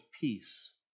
peace